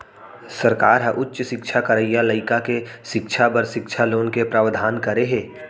सरकार ह उच्च सिक्छा करइया लइका के सिक्छा बर सिक्छा लोन के प्रावधान करे हे